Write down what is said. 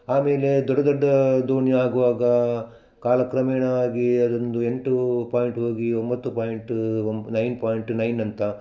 ಆಮೇಲೆ ದೊಡ ದೊಡ್ಡ ದೋಣಿ ಆಗುವಾಗ ಕಾಲ ಕ್ರಮೇಣ ಆಗಿ ಅದೊಂದು ಎಂಟು ಪಾಯಿಂಟ್ ಹೋಗಿ ಒಂಬತ್ತು ಪಾಯಿಂಟು ಒಮ್ ನೈನ್ ಪಾಯಿಂಟ್ ನೈನ್ ಅಂತ